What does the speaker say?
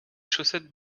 chaussettes